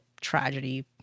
tragedy